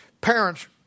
Parents